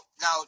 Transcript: Now